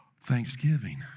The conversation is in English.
Thanksgiving